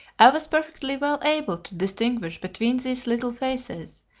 i was perfectly well able to distinguish between these little faces,